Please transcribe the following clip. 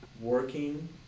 working